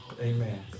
Amen